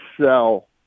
sell